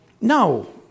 No